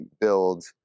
build